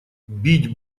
бить